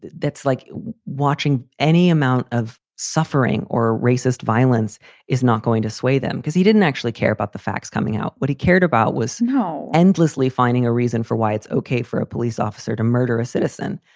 that's like watching any amount of suffering or racist violence is not going to sway them because he didn't actually care about the facts coming out. what he cared about was no. endlessly finding a reason for why it's ok for a police officer to murder a citizen.